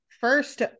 first